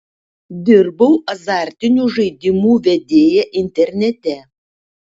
dirbau azartinių žaidimų vedėja internete